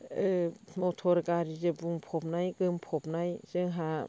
मथर गारिजों बुंफबनाय गोमफबनाय जोंहा